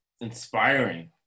inspiring